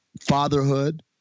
Fatherhood